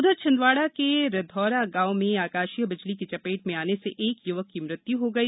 उधर छिंदवाड़ा के रिधोरा गांव में आकाशीय बिजली की चपेट में आने से एक युवक की मृत्य् हो गई